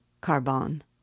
Carbon